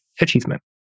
Achievement